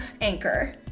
Anchor